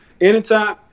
Anytime